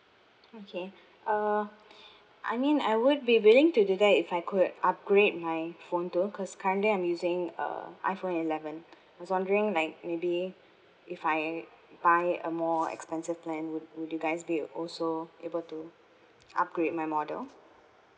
okay uh I mean I would be willing to do that if I could upgrade my phone too because currently I'm using uh iphone eleven was wondering like maybe if I buy a more expensive plan would would you guys be also able to upgrade my model